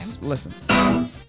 Listen